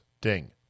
ding